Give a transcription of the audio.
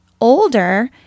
older